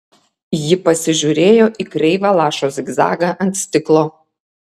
ji pasižiūrėjo į kreivą lašo zigzagą ant stiklo